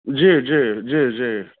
जी जी जी जी